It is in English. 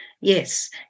yes